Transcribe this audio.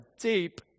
deep